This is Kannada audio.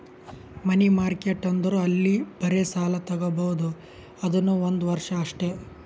ಮನಿ ಮಾರ್ಕೆಟ್ ಅಂದುರ್ ಅಲ್ಲಿ ಬರೇ ಸಾಲ ತಾಗೊಬೋದ್ ಅದುನೂ ಒಂದ್ ವರ್ಷ ಅಷ್ಟೇ